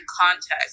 context